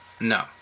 No